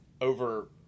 over